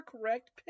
correct